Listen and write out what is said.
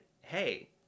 hey